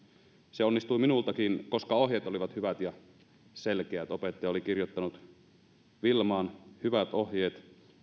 se onnistui minultakin koska ohjeet olivat hyvät ja selkeät jokaisen lapsen opettaja oli kirjoittanut wilmaan hyvät ohjeet